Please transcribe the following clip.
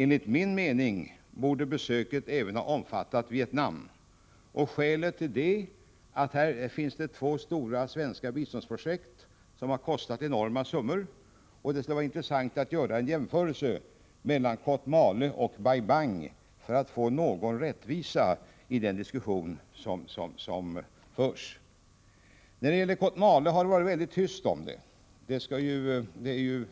Enligt min mening borde besöket även ha omfattat Vietnam. Här finns två stora svenska biståndsprojekt som kostat enorma summor; det skulle vara intressant att göra en jämförelse mellan Kotmale och Bai Bang för att få någon rättvisa i den diskussion som förs. Det har varit väldigt tyst om Kotmale. Det är ju